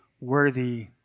worthy